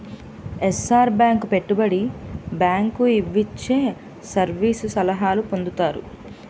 ఏసార bank పెట్టుబడి bank ఇవిచ్చే service సలహాలు పొందుతాయి